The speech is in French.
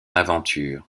aventure